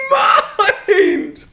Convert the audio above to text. mind